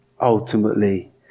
ultimately